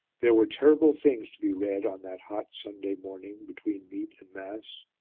there were terrible things to be read on that hot sunday morning between meat and mass.